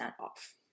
off